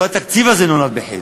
כל התקציב הזה נולד בחטא.